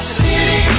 city